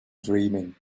dreaming